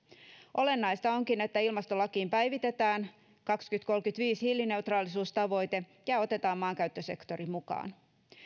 olennaista onkin että ilmastolakiin päivitetään kaksituhattakolmekymmentäviisi hiilineutraalisuustavoite ja ja otetaan maankäyttösektori mukaan